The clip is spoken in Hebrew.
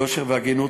יושר והגינות,